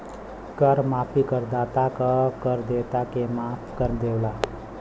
कर माफी करदाता क कर देयता के माफ कर देवला